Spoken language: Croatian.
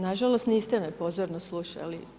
Na žalost, niste me pozorno slušali.